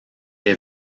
est